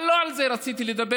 אבל לא על זה רציתי לדבר.